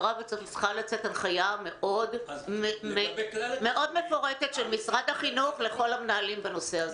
צריכה לצאת הנחיה מאוד מפורטת של משרד החינוך לכל המנהלים בנושא הזה.